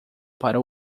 para